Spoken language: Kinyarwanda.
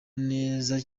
neza